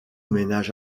ménage